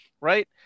Right